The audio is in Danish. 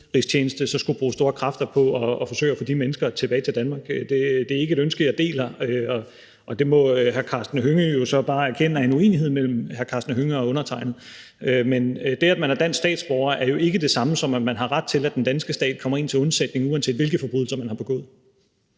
så skulle bruge store kræfter på at forsøge at få de mennesker tilbage til Danmark. Det er ikke et ønske, jeg deler, og det må hr. Karsten Hønge jo så bare erkende er en uenighed mellem hr. Karsten Hønge og undertegnede. For det, at man er dansk statsborger, er jo ikke det samme som, at man har ret til, at den danske stat kommer en til undsætning, uanset hvilke forbrydelser man har begået.